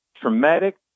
traumatic